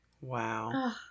Wow